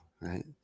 Right